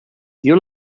dio